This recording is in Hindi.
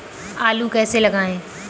आलू कैसे लगाएँ?